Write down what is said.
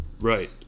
Right